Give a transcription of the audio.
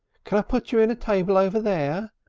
can i put you and a table over there?